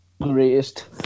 greatest